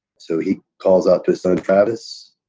so he calls up his son, travis.